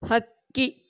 ಹಕ್ಕಿ